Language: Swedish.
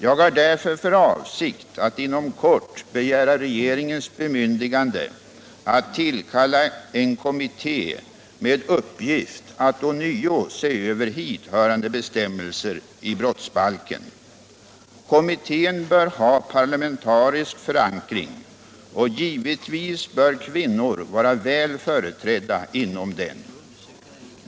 Jag har därför för avsikt att inom kort begära regeringens bemyndigande att tillkalla en kommitté med uppgift att ånyo se över hithörande bestämmelser i brottsbalken. Kommittén bör ha parlamentarisk förankring, och givetvis bör kvinnor vara väl företrädda inom den.